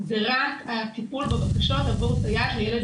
זה רק הטיפול בבקשות עבור סייעת לילד